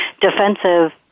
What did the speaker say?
defensive